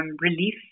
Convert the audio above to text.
relief